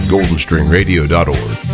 GoldenStringRadio.org